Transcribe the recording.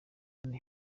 ane